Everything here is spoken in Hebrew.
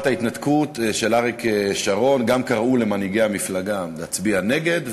ההתנתקות של אריק שרון גם קראו למנהיגי המפלגה להצביע נגד,